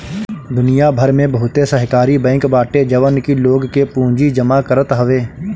दुनिया भर में बहुते सहकारी बैंक बाटे जवन की लोग के पूंजी जमा करत हवे